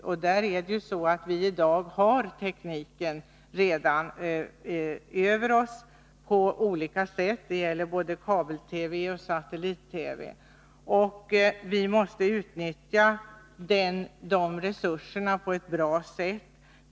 Vi har redan i dag tekniken över oss på olika sätt, både kabel-TV och satellit-TV. Vi måste utnyttja de resurserna på ett bra sätt.